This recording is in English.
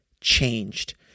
changed